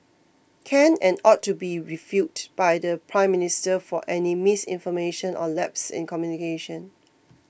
can and ought to be refuted by the Prime Minister for any misinformation or lapses in communication